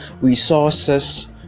resources